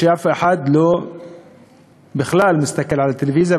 שאף אחד בכלל לא מסתכל בטלוויזיה,